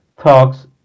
talks